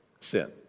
sin